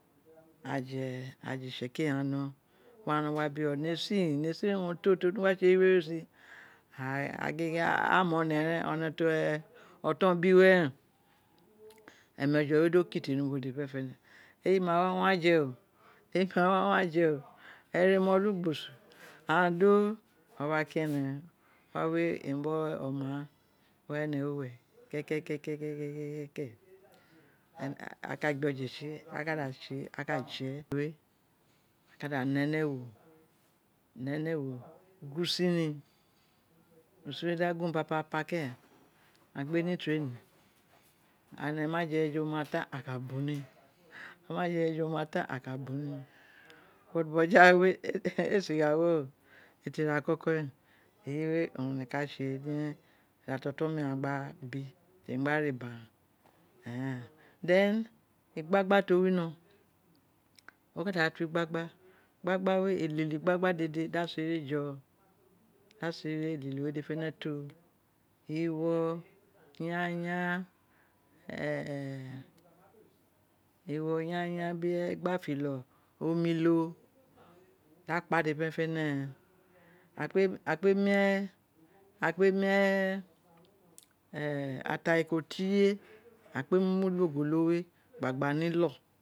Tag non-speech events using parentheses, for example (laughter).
Aje e aja itsekiri noghon wawe owun wa biro nesm nesin won to to wino gba tse eyiwe sin a agin gin a mo ne ren one ti oton ro bi wee demi omeje we do kiti ni u o dede fene fene eyi ma wa wu wa je o ere ma olugbosu aghon do wawe a kin ene que emi biri oma ghan wawe iwi uwere ke kekekeke aka da ne ni ewo gun usin ni usin we da gin (unintelligible) aghan gbe ni training and ene ma jeje je o mataa aka bu ni o ma jejejeje o ka tan aka bu ni but boto jawe ee sin gha were mi ti iea koko agiwe wun ene ka tse ira ti oton mi ghan gba bi temi gba re abo aghan e than igbagba ti o wino gba ra to igbagba elilo igbagba olede da sere jo da sere elilo we dede fene fene do wo yanyan wo yanyan biri gbafeho onmi lo da kpa dede fene fene a kpe mu e a kpe mu wo (hesitation) ataiko tie a kpe mu ni ogolo we gba gba ni lo